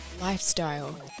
lifestyle